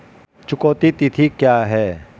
चुकौती तिथि क्या है?